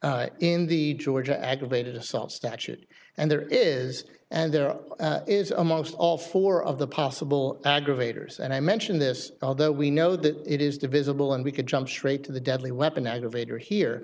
the georgia aggravated assault statute and there is and there is amongst all four of the possible aggravators and i mention this although we know that it is divisible and we could jump straight to the deadly weapon aggravator here